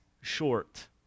short